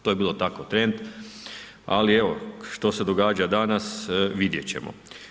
To je bilo tako trend, ali evo, što se događa danas, vidjeti ćemo.